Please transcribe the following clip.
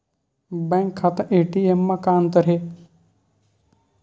Bank खाता ATM मा का अंतर हे?